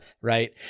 right